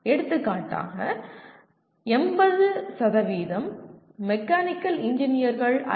எடுத்துக்காட்டாக 80 மெக்கானிக்கல் இன்ஜினியர்கள் ஐ